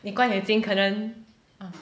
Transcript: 你关眼睛可能